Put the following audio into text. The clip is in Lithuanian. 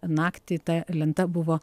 naktį ta lenta buvo